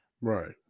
right